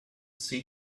see